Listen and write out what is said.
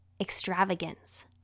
extravagance